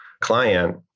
client